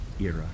era